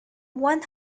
one